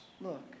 Look